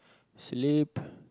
sleep